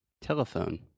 telephone